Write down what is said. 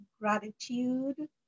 gratitude